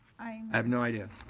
i have no idea.